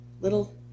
little